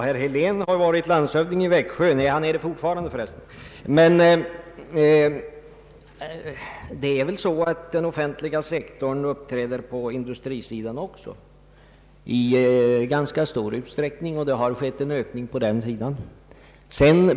Herr Helén har ju varit landshövding i Växjö — han är det för resten fortfarande — och borde väl veta att den offentliga sektorn uppträder på industrisidan också i ganska stor utsträckning. Det har faktiskt skett en ökning på den sidan.